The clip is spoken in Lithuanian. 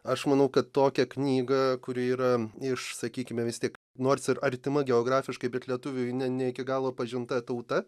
aš manau kad tokią knygą kuri yra iš sakykime vis tiek nors ir artima geografiškai bet lietuviui ne ne iki galo pažinta tauta